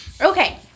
Okay